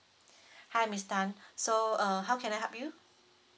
hi miss tan so uh how can I help you